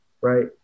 right